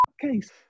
case